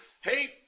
hey